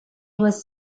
was